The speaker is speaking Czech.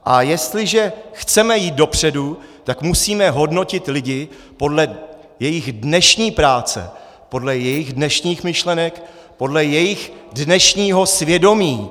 A jestliže chceme jít dopředu, tak musíme hodnotit lidi podle jejich dnešní práce, podle jejich dnešních myšlenek, podle jejich dnešního svědomí.